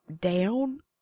down